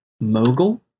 mogul